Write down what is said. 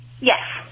yes